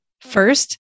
First